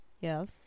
Yes